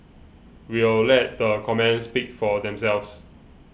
we'll let the comments speak for themselves